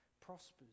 prospers